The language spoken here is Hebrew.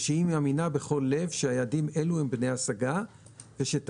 ושהיא מאמינה בכל לב שיעדים אלו הם בני השגה ושתעשה